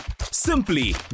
simply